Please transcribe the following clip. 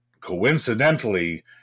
coincidentally